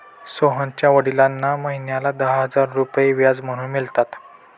सोहनच्या वडिलांना महिन्याला दहा हजार रुपये व्याज म्हणून मिळतात